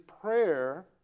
prayer